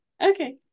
Okay